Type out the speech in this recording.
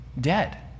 dead